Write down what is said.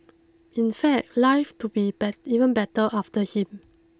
in fact life to be bet even better after him